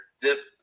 dip